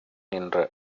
என்ற